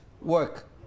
work